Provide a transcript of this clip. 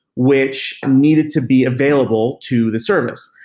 which needed to be available to the service.